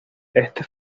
este